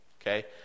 okay